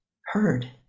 heard